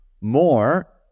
more